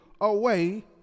away